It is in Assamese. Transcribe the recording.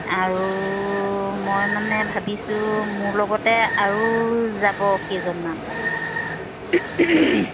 আৰু মই মানে ভাবিছোঁ মোৰ লগতে আৰু যাব কেইজনমান